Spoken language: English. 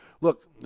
Look